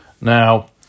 Now